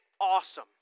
awesome